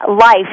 life